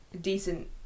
decent